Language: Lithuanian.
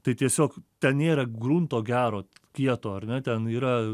tai tiesiog ten nėra grunto gero kieto ar ne ten yra